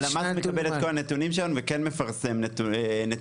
הלמ"ס מקבל את כל הנתונים שלנו ומפרסם נתונים.